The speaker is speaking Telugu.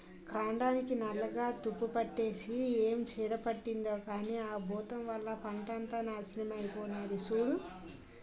కాండానికి నల్లగా తుప్పుపట్టేసి ఏం చీడ పట్టిందో కానీ ఆ బూతం వల్ల పంటంతా నాశనమై పోనాది సూడూ